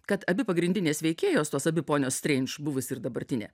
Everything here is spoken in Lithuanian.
kad abi pagrindinės veikėjos tos abi ponios streindž buvusi ir dabartinė